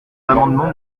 l’amendement